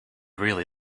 really